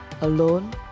Alone